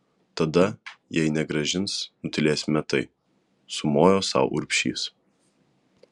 tada jei negrąžins nutylėsime tai sumojo sau urbšys